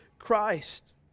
Christ